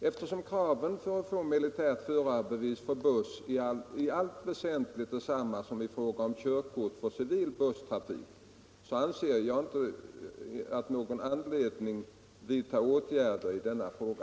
Eftersom kraven för att få militärt förarbevis för buss i allt väsentligt är samma som i fråga om körkort för civil busstrafik, ser jag inte någon anledning att vidta åtgärder i denna fråga.